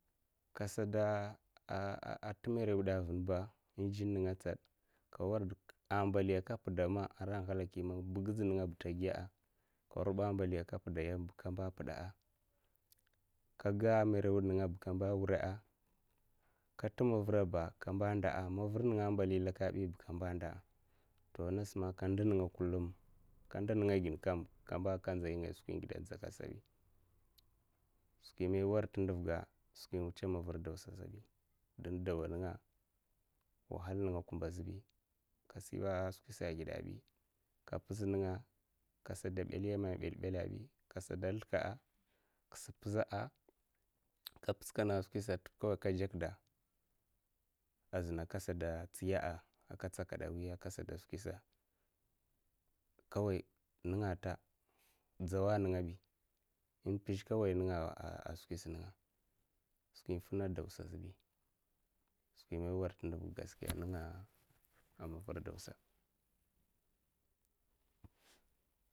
Kasada tie marawid a' vinba mjin ninga tsat ka ward diba a, bali ka piddama a'ra' ghaliki bugiz ningaba ta giya'a a, ka rubba mbaliba ko giya'a, kamba piddaa, kaha'a, marawid ninga ba giya'a, ka ta mavir ningaba ka mba ndiya'a, to in'nas man ka ndin ningaba kullum ka ndi nimga gin kam kullum ka nzai ngaya skwi ngidakekka mai war tnduvga skwi in wutsa mavir daw sa zhebi dawar ninga wahal ninga a' zhe sata' ar sabi ka si skwi sa, a, gida'a, bi inzi ninga kasa balyama in bal ballabi kasa da sldaka'a, ka pizu'a, ka pits kam a, skwi sa tipa a, zina ka jakda a, zina kasa tsiya'a, aika tsakada a, wia, kasada skwisa kawai ning a, ta dzawa ai ninga a, bi in skwis ninga in piz kawai a, skwis ningara, skwi in fina dawsa a, zhibi skwi man ai war ti nduvg ninga nasa a, mavir dawsa.